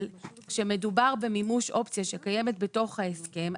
אבל כשמדובר במימוש אופציה שקיימת בתוך ההסכם,